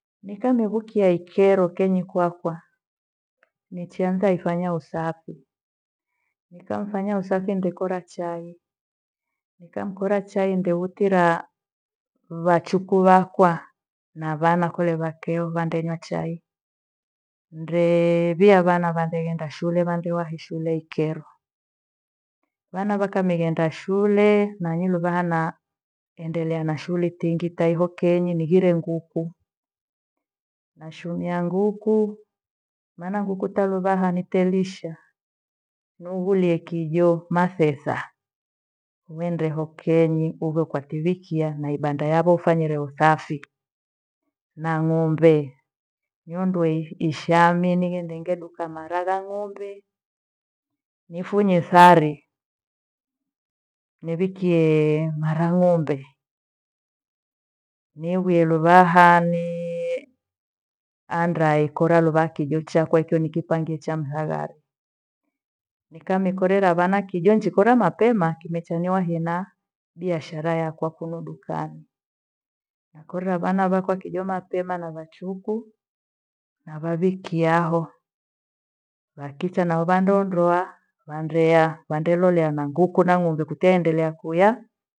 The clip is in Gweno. Nikamivukia ikero kenyi kakwa nichianze ifanya usafi, nikamfanya usafi nde kora chai. Nikamkora chai ndewitiraa vachuku vakwa na vana kolevakeo vandenywa chai. Ndevia vana vandenghenda shule vandewahi shule ikerwa. Vana vakamighenda shule nalinyuvaha na endelea na shughuli tingi tahio kenyi nighire nguku. Nashumia ghuku, maana nguku taluvaha nitelisha nughulie kijo mathetha nihende- ho kenyi uvekwakiwikiya naibanda yavo ufanyile usafi. Na ng'ombe niondoe ishami nighende ngeduka mara gha ng'ombe nifunye sari. Nevikie mara ng'ombe niwiluvahanii andaa ikora luva kijo chakwa ikyo nikipangie chamthaghari. Nikamikorera vana kijo njikora mapema kimechaniwa hina biashara yakwa kunu dukani. Nakora vana vakwa kijo mapema na vachuku navavikia hao. Vakicha nao vandondoa vandea, vandelelolea na ghuku na ng'ombe kuteendelea kuya.